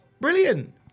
Brilliant